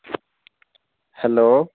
hello